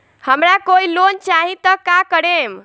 हमरा कोई लोन चाही त का करेम?